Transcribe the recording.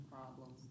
problems